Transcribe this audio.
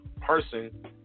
person